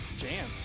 jam